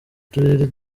turere